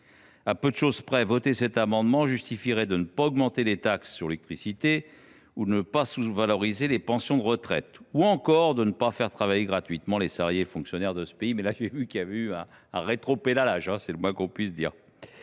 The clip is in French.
À peu de chose près, voter en faveur de cet amendement justifierait de ne pas augmenter les taxes sur l’électricité ou de ne pas sous valoriser les pensions de retraite, ou encore de ne pas faire travailler gratuitement les salariés et fonctionnaires de ce pays : sur ce dernier point, il y a eu un rétropédalage, c’est le moins qu’on puisse dire